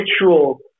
ritual